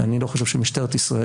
אני לא חושב שמשטרת ישראל,